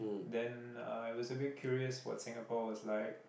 then uh I was a bit curious what Singapore was like